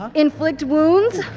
um inflict wounds